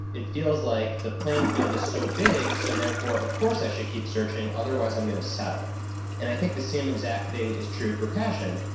it feels like the playing field is so big so therefore of course i should keep searching, otherwise i'm going to settle and i think the same exact thing is true for passion.